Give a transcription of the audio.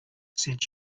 sent